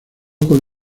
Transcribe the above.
con